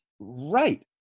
Right